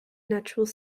natural